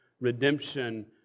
redemption